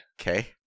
Okay